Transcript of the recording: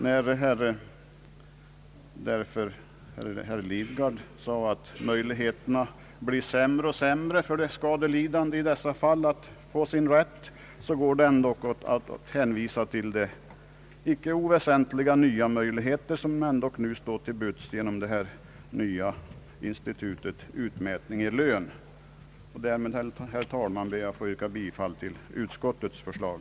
När herr Lidgard säger att möjligheterna blir sämre och sämre för de skadelidande att i dessa fall få sin rätt, vill jag alltså hänvisa till de icke oväsentliga möjligheter som står till buds genom det nya institutet utmätning i lön. Jag ber därmed, herr talman, att få yrka bifall till utskottets förslag.